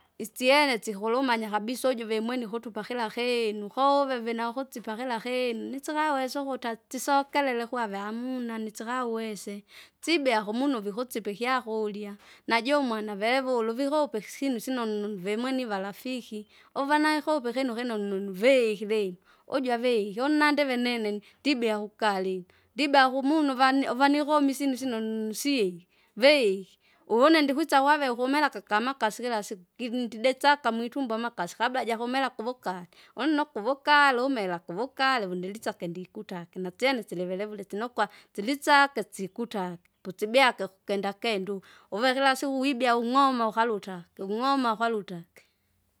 Itsyene tsikulumanya kabisa uju vimwene ikutupa kila kinu koo uve vina ukutsipa kira kinu nisikawesa ukuta tsokerere kwave amuna nitsikawese, sibea kumunu vikusipa ikyakurya. Najumwana verevule uvikupe ikisinu sino nu- vimwene ivarafiki, uva naikupe ikinu kinunu nunuvii kilima, uju avike une nandive nene ndibea kukalinda, ndibea akumunu vani- vanikomi isinu sinunusiyi, veiki, une ndikwisa wave ukumera ka- kamakasi kilasiku kilindidesaka mwitumbo amakasi kabla jakumela kuvukali, une nukuvukale umela kuvukali vundilitsake ndikutaki natsyene silivelevule sinokwa tsilitsake tsikutake pusibyake kukendakendu. Uvekirasiku wibya ung'oma ukalutake ung'oma ukalutake.